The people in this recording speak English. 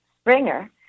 Springer